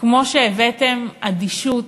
כמו שהבאתם אדישות